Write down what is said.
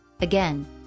Again